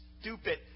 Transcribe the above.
stupid